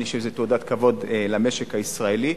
אני חושב שזה תעודת כבוד למשק הישראלי,